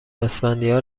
اسفندیار